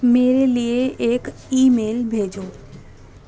میرے لیے ایک ای میل بھیجو